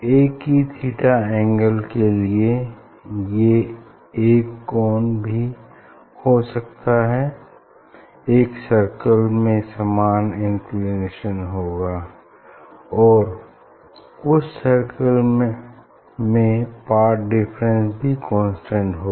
एक ही theta angle के लिए ये एक कोन भी हो सकता है एक सर्किल में समान इंक्लिनेशन होगा और उस सर्किल में पाथ डिफरेंस भी कांस्टेंट होगा